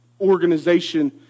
organization